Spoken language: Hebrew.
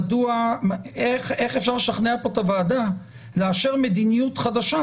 איך אפשר לשכנע פה את הוועדה לאשר מדיניות חדשה